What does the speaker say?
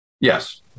Yes